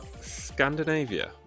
Scandinavia